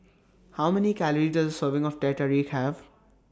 How Many Calories Does A Serving of Teh Tarik Have